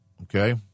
Okay